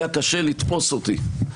היה קשה לתפוס אותי.